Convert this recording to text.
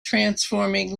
transforming